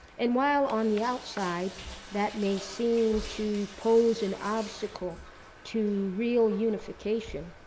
and while on the outside that may seem to pose an obstacle to real unification,